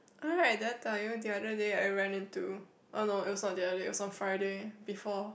ah right did i tell you the other day I ran into oh no it was on another day it was on Friday before